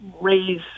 raise